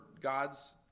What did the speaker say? God's